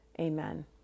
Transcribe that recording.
Amen